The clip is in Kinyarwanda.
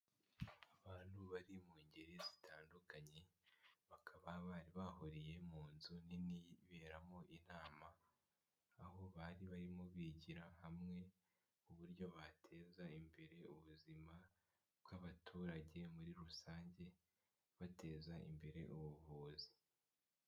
Abantu bari mu ngeri zitandukanye, bakaba bari bahuriye mu nzu nini iberamo inama, aho bari barimo bigira hamwe uburyo bateza imbere ubuzima bw'abaturage muri rusange bateza imbere ubuvuzi.